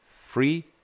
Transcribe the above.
free